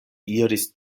iris